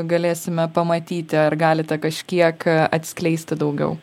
galėsime pamatyti ar galite kažkiek atskleisti daugiau